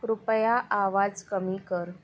कृपया आवाज कमी कर